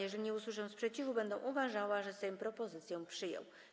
Jeżeli nie usłyszę sprzeciwu, będę uważała, że Sejm propozycję przyjął.